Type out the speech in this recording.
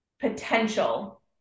potential